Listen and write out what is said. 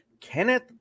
Kenneth